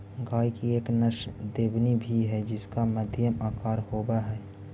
गाय की एक नस्ल देवनी भी है जिसका मध्यम आकार होवअ हई